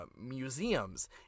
museums